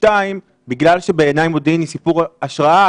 בגלל שבעיניי מודיעין היא סיפור השראה,